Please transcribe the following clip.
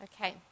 Okay